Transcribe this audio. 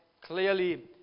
clearly